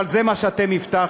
אבל זה מה שאתם הבטחתכם,